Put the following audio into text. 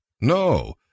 No